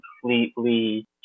completely